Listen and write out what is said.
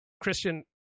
Christian